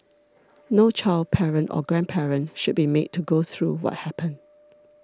no child parent or grandparent should be made to go through what happened